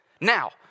now